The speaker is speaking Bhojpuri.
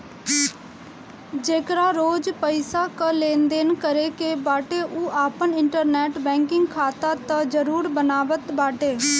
जेकरा रोज पईसा कअ लेनदेन करे के बाटे उ आपन इंटरनेट बैंकिंग खाता तअ जरुर बनावत बाटे